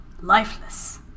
lifeless